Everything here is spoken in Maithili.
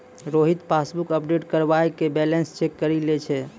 रोहित पासबुक अपडेट करबाय के बैलेंस चेक करि लै छै